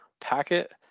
packet